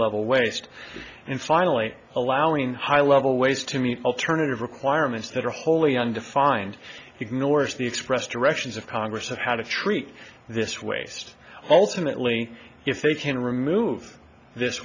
level waste and finally allowing high level waste to meet alternative requirements that are wholly undefined ignores the expressed directions of congress of how to treat this waste ultimately if they can remove this